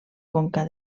conca